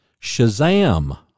Shazam